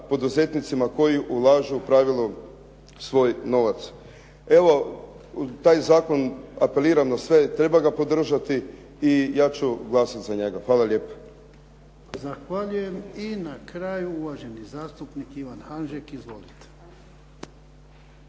poduzetnicima koji ulažu pravilno svoj novac. Evo, taj zakon, apeliram na sve, treba ga podržati i ja ću glasati za njega. Hvala lijepa. **Jarnjak, Ivan (HDZ)** Zahvaljujem. I na kraju uvaženi zastupnik Ivan Hanžek. Izvolite.